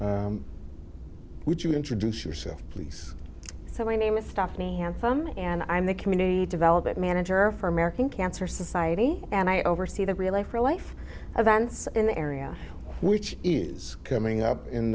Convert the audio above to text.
or would you introduce yourself please so my name is stop me i'm from and i'm the community development manager for american cancer society and i oversee the relay for life events in the area which is coming up in